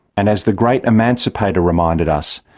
and as the great emancipator reminded us,